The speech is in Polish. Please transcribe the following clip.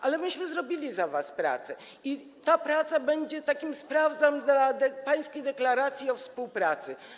Ale myśmy zrobili za was pracę i ta praca będzie takim „sprawdzam” dla was, dla pańskiej deklaracji współpracy.